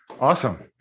awesome